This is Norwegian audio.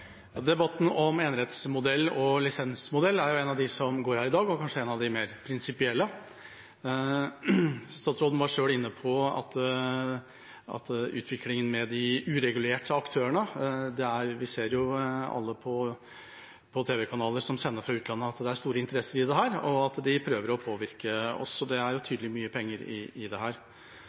Debatten om enerettsmodell og lisensmodell er en av dem som går her i dag, og er kanskje en av de mer prinsipielle. Statsråden var selv inne på utviklingen med de uregulerte aktørene. Vi ser jo alle på tv-kanaler som sender fra utlandet, at det er store interesser i dette, og at de prøver å påvirke oss, og det er jo tydelig at det er mye penger i dette. Statsråden og flertallet velger nå å gå videre med en enerettsmodell. Det